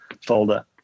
folder